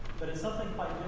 but it's something